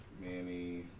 Manny